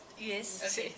Yes